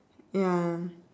ya